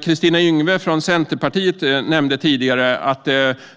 Kristina Yngwe från Centerpartiet nämnde tidigare att